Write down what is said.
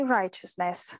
righteousness